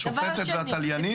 את השופטת והתליינית?